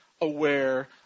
aware